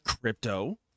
crypto